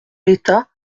l’état